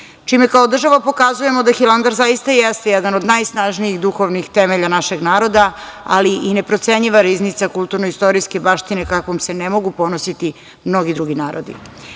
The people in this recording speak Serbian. čime kao država pokazujemo da Hilandar zaista jeste jedan od najsnažnijih duhovnih temelja našeg naroda, ali i neprocenjiva riznica kulturno-istorijske baštine, kakvom se ne mogu ponositi mnogi drugi narodi. Ovim